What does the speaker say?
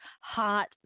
hot